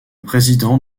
président